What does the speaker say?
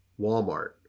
Walmart